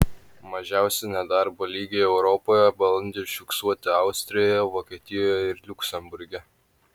mažiausi nedarbo lygiai europoje balandį užfiksuoti austrijoje vokietijoje ir liuksemburge